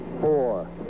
four